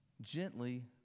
gently